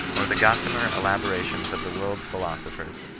or the gossamer elaborations of the world's philosophers,